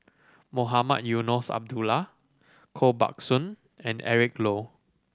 Mohamed Eunos Abdullah Koh Buck Song and Eric Low